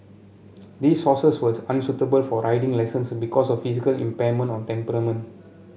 these horses was unsuitable for riding lessons because of physical impairment or temperament